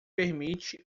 permite